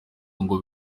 ngo